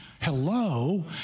Hello